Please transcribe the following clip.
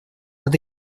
над